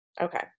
Okay